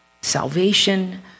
salvation